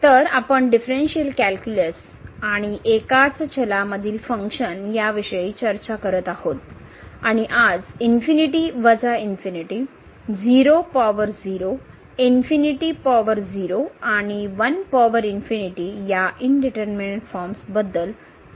तर आपण differential calculus आणि एकाच चलामधील फंक्शन याविषयी चर्चा करीत आहोत आणि आज इन्फिनिटीवजा इनफिनिटी 0 पॉवर 0 इनफिनिटी पॉवर 0आणि 1 पॉवर इन्फिनिटी या इनडीटरमीनेट फॉर्म्सबद्दल चर्चा केली जाईल